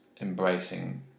embracing